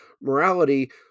morality